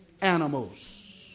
animals